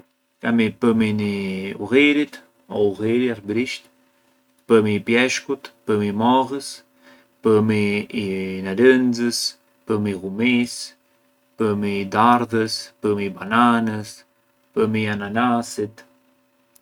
Kemi pëmin i ullirit o ulliri arbërisht, pëmi i pjeshkut, pëmi i mollës, pëmi i narënxës, pëmi i llumisë, pëmi i dardhës, pëmi i bananës, pëmi i ananasitë.